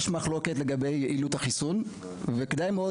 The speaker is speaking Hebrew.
יש מחלוקת לגבי יעילות החיסון וכדאי מאוד